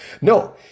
No